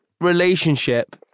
relationship